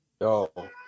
Yo